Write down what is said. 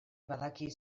badaki